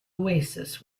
oasis